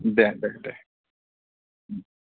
दे दे दे